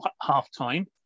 half-time